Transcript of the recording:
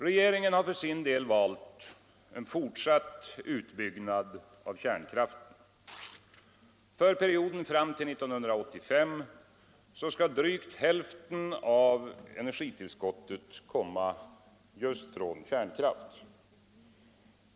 Regeringen har för sin del valt en fortsatt utbyggnad av kärnkraften. För perioden fram till 1985 skall drygt hälften av energitillskottet komma just från kärnkraft.